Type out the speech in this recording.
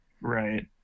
right